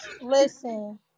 Listen